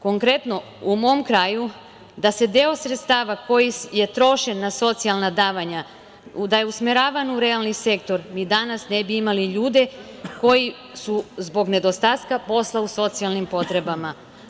Konkretno, u mom kraju, da je deo sredstava koji je trošen na socijalna davanja, da je usmeravan na realni sektor, mi danas ne bi imali ljude koji su zbog nedostatka posla u socijalnim potrebama.